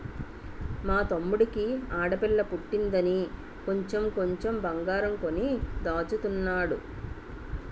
మా తమ్ముడికి ఆడపిల్ల పుట్టిందని కొంచెం కొంచెం బంగారం కొని దాచుతున్నాడు